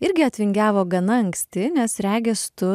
irgi atvingiavo gana anksti nes regis tu